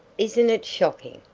isn't it shocking?